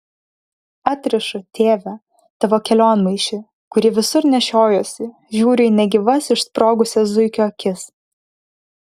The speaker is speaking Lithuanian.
atrišu tėve tavo kelionmaišį kurį visur nešiojuosi žiūriu į negyvas išsprogusias zuikio akis